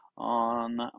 On